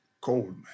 Cold